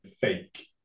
fake